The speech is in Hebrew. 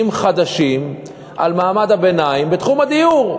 חדשים על מעמד הביניים בתחום הדיור.